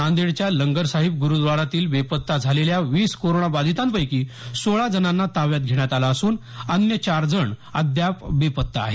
नांदेडच्या लंगरसाहिब ग्रुद्वारातील बेपत्ता झालेल्या वीस कोरोना बाधितांपैकी सोळा जणांना ताब्यात घेण्यात आलं असून अन्य चार जण अद्याप बेपत्ता आहेत